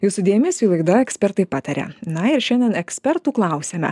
jūsų dėmesiui laida ekspertai pataria na ir šiandien ekspertų klausiame